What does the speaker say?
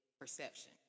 perception